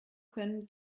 können